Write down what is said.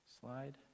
slide